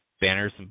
Banners